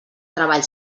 treball